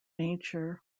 nature